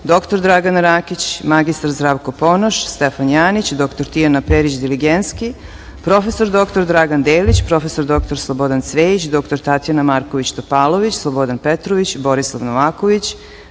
dr Dragana Rakić, mr Zdravko Ponoš, Stefan Janjić, dr Tijana Perić Diligenski, prof. dr Dragan Delić, prof. dr Slobodan Cvejić, dr Tatjana Marković Topalović, Slobodan Petrović, Borislav Novaković,